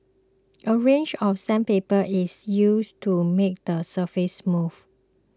a range of sandpaper is used to make the surface smooth